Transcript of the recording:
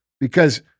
because-